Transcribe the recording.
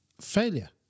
failure